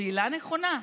שאלה נכונה.